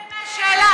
למה אתה מתעלם מהשאלה?